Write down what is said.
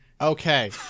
okay